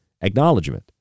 acknowledgement